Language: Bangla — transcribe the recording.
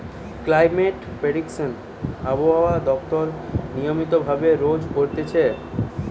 ক্লাইমেট প্রেডিকশন আবহাওয়া দপ্তর নিয়মিত ভাবে রোজ করতিছে